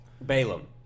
Balaam